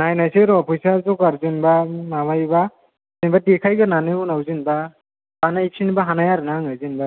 नायनायसै र' फैसा जगार जेनेबा माबायोबा जेनेबा देखायग्रोनानै उनाव जेनेबा बानायफिन्नोबो हानाय आरो जेनेबा